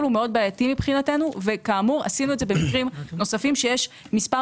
מאוד בעייתי מבחינתנו וכאמור עשינו את זה במקרים נוספים שיש מספר